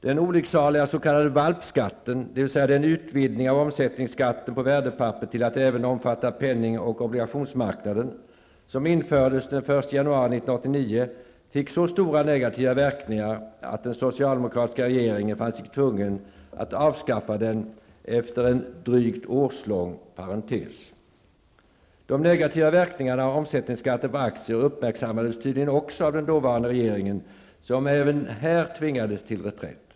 Den olycksaliga s.k. valpskatten, dvs. den utvidgning av omsättningsskatten på värdepapper till att även omfatta penning och obligationsmarknaden, som infördes den 1 januari 1989, fick så stora negativa verkningar att den socialdemokratiska regeringen fann sig tvungen att avskaffa den efter en drygt årslång parentes. De negativa verkningarna av omsättningsskatten på aktier uppmärksammades tydligen också av den dåvarande regeringen, som även där tvingades till en reträtt.